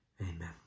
Amen